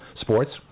sports